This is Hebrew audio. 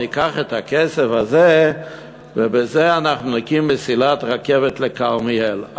ניקח את הכסף הזה ובזה אנחנו נקים מסילת רכבת לכרמיאל.